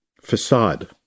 facade